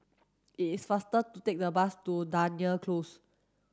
is faster to take the bus to Dunearn Close